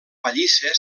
pallissa